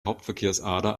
hauptverkehrsader